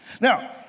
now